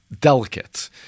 delicate